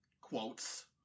quotes